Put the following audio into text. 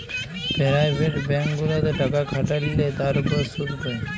private bank গুলাতে টাকা খাটাল্যে তার উপর শুধ পাই